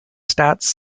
stats